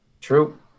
True